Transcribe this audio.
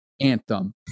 anthem